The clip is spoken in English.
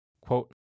Quote